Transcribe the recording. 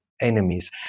Enemies